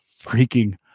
freaking